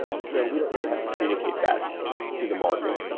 so we don't really have to communicate that to the market.